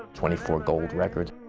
twenty four gold records,